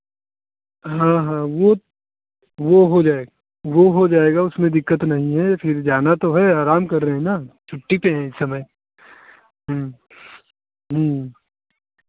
हाँ हाँ वो वो हो जाएगा वो हो जाएगा उसमें दिक्कत नहीं है फिर जाना तो है आराम कर रहे हैं ना छुट्टी पे हैं इस समय ह्म्म ह्म्म